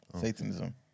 Satanism